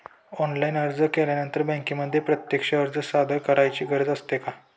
Online अर्ज केल्यानंतर बँकेमध्ये प्रत्यक्ष अर्ज सादर करायची गरज असते का?